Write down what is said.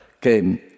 came